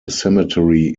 cemetery